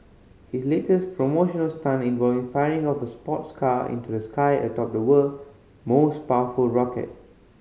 his latest promotional stunt involved firing off a sports car into the sky atop the world most powerful rocket